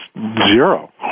zero